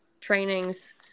trainings